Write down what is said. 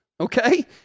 okay